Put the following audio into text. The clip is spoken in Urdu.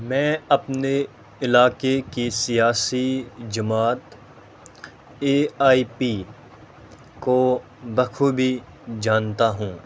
میں اپنے علاقے کی سیاسی جماعت اے آئی پی کو بخوبی جانتا ہوں